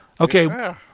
Okay